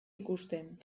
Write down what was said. ikusten